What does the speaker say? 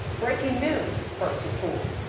breaking news first at four.